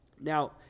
Now